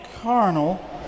carnal